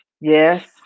Yes